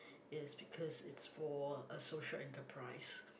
is because it's for a social enterprise